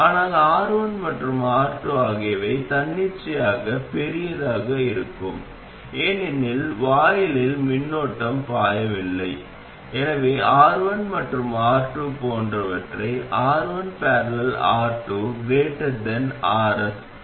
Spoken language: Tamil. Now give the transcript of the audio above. ஆனால் R1 மற்றும் R2 ஆகியவை தன்னிச்சையாக பெரியதாக இருக்கும் ஏனெனில் வாயிலில் மின்னோட்டம் பாயவில்லை எனவே R1 மற்றும் R2 போன்றவற்றை R1 || R2 Rs